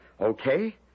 Okay